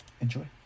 Enjoy